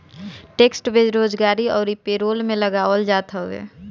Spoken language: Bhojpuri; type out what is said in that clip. टेक्स बेरोजगारी अउरी पेरोल पे लगावल जात हवे